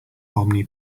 omni